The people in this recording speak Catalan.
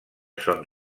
són